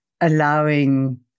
allowing